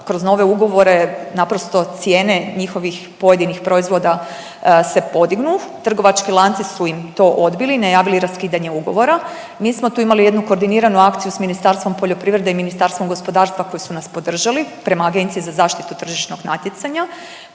kroz nove ugovore naprosto cijene njihovih pojedinih proizvoda se podignu, trgovački lanci su im to odbili, najavili raskidanje ugovora. Mi smo tu imali jednu koordiniranu akciju s Ministarstvom poljoprivrede i Ministarstvom gospodarstva koji su nas podržali prema Agenciji za zaštitu tržišnog natjecanja